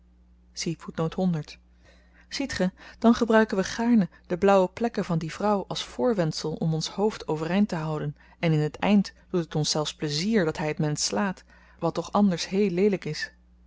ziet ge dan gebruiken wy gaarne de blauwe plekken van die vrouw als voorwendsel om ons hoofd overeind te houden en in t eind doet het ons zelfs pleizier dat hy t mensch slaat wat toch anders heel leelyk is